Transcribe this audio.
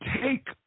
take